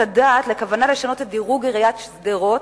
הדעת לכוונה לשנות את דירוג עיריית שדרות,